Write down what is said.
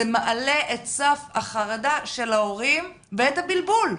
זה מעלה את סף החרדה של ההורים ואת הבלבול.